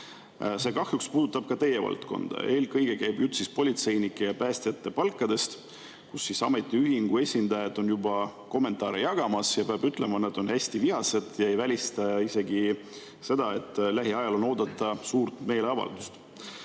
See kahjuks puudutab ka teie valdkonda. Eelkõige käib jutt politseinike ja päästjate palkadest. Ametiühingu esindajad juba jagavad kommentaare. Peab ütlema, et nad on hästi vihased ja ei välista isegi seda, et lähiajal on oodata suurt meeleavaldust.